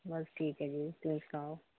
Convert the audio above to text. ਬਸ ਠੀਕ ਹੈ ਜੀ ਤੁਸੀਂ ਸੁਣਾਓ